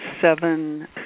seven